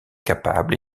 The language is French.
capable